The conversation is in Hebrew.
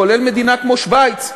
כולל מדינה כמו שווייץ,